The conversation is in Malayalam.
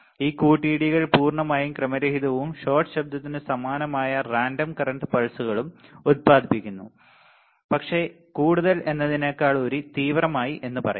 ഈ കൂട്ടിയിടികൾ പൂർണ്ണമായും ക്രമരഹിതവും ഷോട്ട് ശബ്ദത്തിന് സമാനമായ റാൻഡം കറന്റ് പൾസുകളും ഉൽപാദിപ്പിക്കുന്നു പക്ഷേ കൂടുതൽ എന്നതിനേക്കാളുപരി തീവ്രമായ എന്നു പറയണം